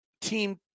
team